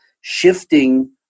shifting